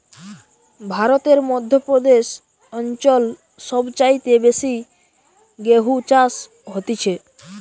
ভারতের মধ্য প্রদেশ অঞ্চল সব চাইতে বেশি গেহু চাষ হতিছে